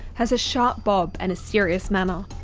has a sharp bob and a serious manner.